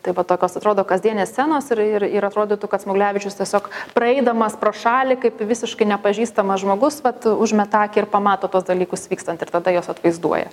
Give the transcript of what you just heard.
tai va tokios atrodo kasdienės scenos ir ir ir atrodytų kad smuglevičius tiesiog praeidamas pro šalį kaip visiškai nepažįstamas žmogus vat užmeta akį ir pamato tuos dalykus vykstant ir tada juos atvaizduoja